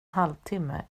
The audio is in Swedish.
halvtimme